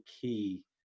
key